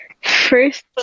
First